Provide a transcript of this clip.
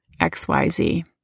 XYZ